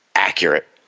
Accurate